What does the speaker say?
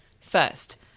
First